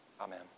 Amen